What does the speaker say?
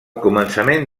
començament